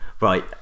Right